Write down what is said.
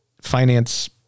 finance